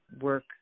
work